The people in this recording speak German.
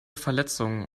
verletzung